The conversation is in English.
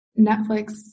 Netflix